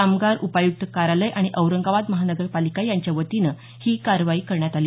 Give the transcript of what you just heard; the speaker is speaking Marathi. कामगार उपायुक्त कार्यालय आणि औरंगाबाद महानगरपालिका यांच्यावतीनं ही कारवाई करण्यात आली